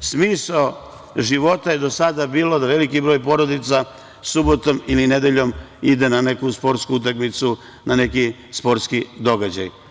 smisao života je do sada bio da veliki broj porodica subotom ili nedeljom ide neku sportsku utakmicu, na neki sportski događaj.